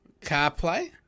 CarPlay